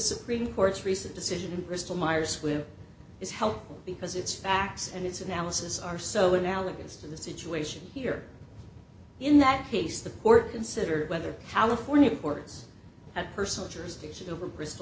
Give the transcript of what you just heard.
supreme court's recent decision in bristol myers squibb is helpful because its facts and its analysis are so analogous to the situation here in that case the court considered whether california courts had personal jurisdiction over bristol